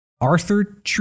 Arthur